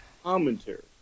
Commentary